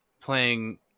playing